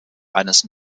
eines